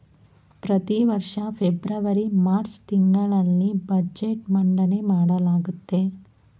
ಪ್ರತಿವರ್ಷ February March ತಿಂಗಳಲ್ಲಿ budget ಮಂಡನೆ ಮಾಡಲಾಗುತ್ತೆ